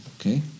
okay